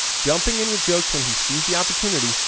jumping in with jokes when he sees the opportunity,